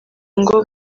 ngo